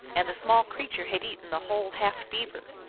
and the small creature had eaten the whole half beaver.